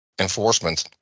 enforcement